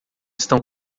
estão